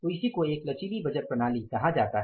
तो इसीको एक लचीली बजट प्रणाली कहा जाता है